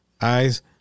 eyes